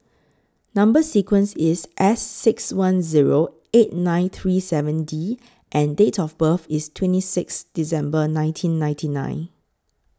Number sequence IS S six one Zero eight nine three seven D and Date of birth IS twenty six December nineteen ninety nine